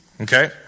Okay